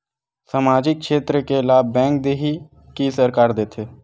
सामाजिक क्षेत्र के लाभ बैंक देही कि सरकार देथे?